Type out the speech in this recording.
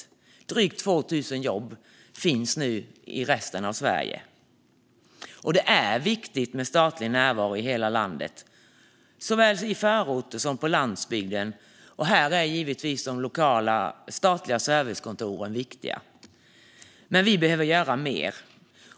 Det är drygt 2 000 jobb som nu finns ute i landet. Det är viktigt med statlig närvaro i hela landet, såväl i förorter som på landsbygden. Här är givetvis de statliga servicekontoren viktiga. Men vi behöver göra mer.